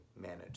manage